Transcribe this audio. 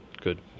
good